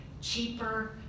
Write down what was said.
cheaper